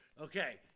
Okay